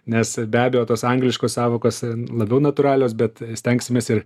nes be abejo tos angliškos sąvokos labiau natūralios bet stengsimės ir